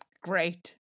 Great